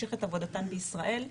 להמשיך את עבודתן בישראל.